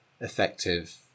effective